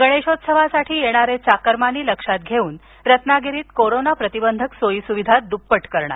गणेशोत्सवासाठी येणारे चाकरमानी लक्षात घेऊन रत्नागिरीत कोरोना प्रतिबंधक सोयीसुविधा दुप्पट करणार